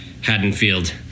Haddonfield